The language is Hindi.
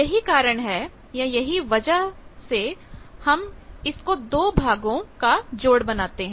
यही कारण है कि तो इसी वजह से हम इसको दो भागों का जोड़ बनाते हैं